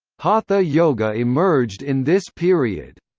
hatha yoga emerged in this period.